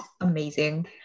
amazing